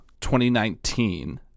2019